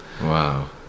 Wow